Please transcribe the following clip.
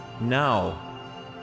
Now